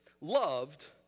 loved